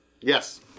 Yes